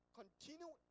continue